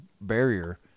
barrier